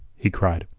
he cried.